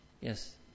Yes